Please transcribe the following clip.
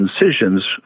incisions